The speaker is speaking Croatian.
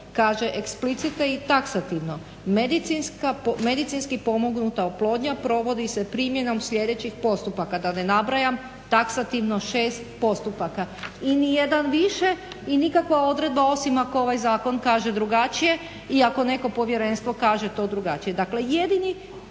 kaže explicite i taksativno: medicinski pomognuta oplodnja provodi se primjenom sljedećih postupaka, da ne nabrajam taksativno šest postupaka, i nijedan više i nikakva odredba osim ako ovaj zakon kaže drugačije i ako neko povjerenstvo kaže to drugačije.